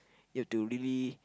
you've to really